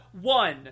one